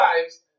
lives